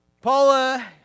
Paula